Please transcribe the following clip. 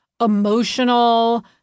emotional